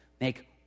Make